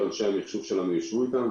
אנשי המחשוב שלנו ישבו איתם,